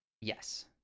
Yes